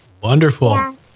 Wonderful